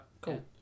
cool